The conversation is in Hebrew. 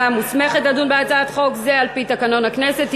המוסמכת לדון בהצעת חוק זו על-פי תקנון הכנסת,